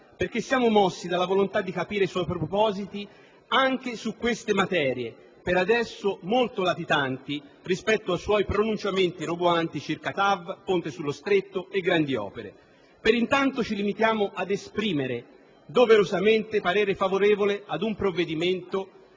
perché siamo mossi dalla volontà di capire i suoi propositi anche su queste materie, per adesso molto latitanti rispetto a suoi pronunciamenti roboanti circa TAV, ponte sullo Stretto e grandi opere. Per intanto ci limitiamo ad esprimere doverosamente parere favorevole ad un provvedimento